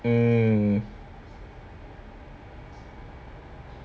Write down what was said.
mm